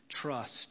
trust